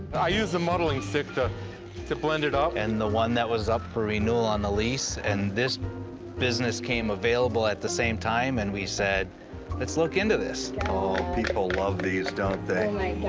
i use a muddeling stick to to blend it up. and the one that was up for renewal on the lease and this business became available at the same time and we said let's look into this. oh people love these don't they?